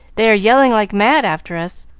they are yelling like mad after us.